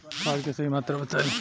खाद के सही मात्रा बताई?